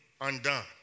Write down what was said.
undone